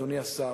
אדוני השר,